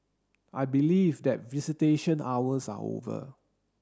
I believe that visitation hours are over